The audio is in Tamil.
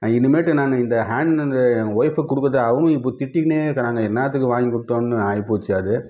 இனிமேட்டு நான் இந்த ஹேண்ட் என் ஒய்ஃப்புக்கு கொடுக்குறது அவங்களும் இப்போது திட்டிக்கினே இருக்காங்க என்னாத்துக்கு வாங்கி கொடுத்தோன்னு ஆகிப்போச்சு அது